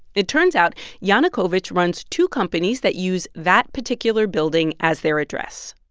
it turns out yanukovych runs two companies that use that particular building as their address.